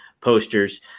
Posters